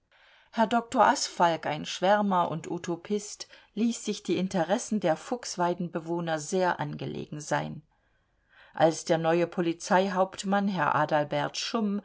herr dr asfalg ein schwärmer und utopist ließ sich die interessen der fuchsweidenbewohner sehr angelegen sein als der neue polizeihauptmann herr adalbert